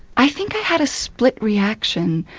i think i had a split reaction.